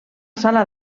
sala